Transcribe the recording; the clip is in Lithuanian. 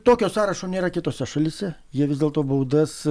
tokio sąrašo nėra kitose šalyse jie vis dėlto būdas